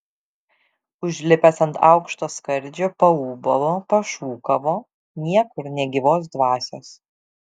užlipęs ant aukšto skardžio paūbavo pašūkavo niekur nė gyvos dvasios